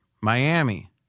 Miami